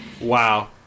Wow